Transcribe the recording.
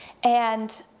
and